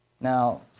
Now